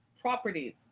properties